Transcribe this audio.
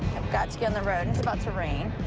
got to get on the road. it's about to rain.